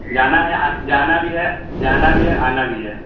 جانا ہے جانا بھی ہے جانا بھی ہے آنا بھی ہے